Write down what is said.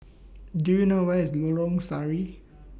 Do YOU know Where IS Lorong Sari